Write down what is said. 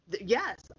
Yes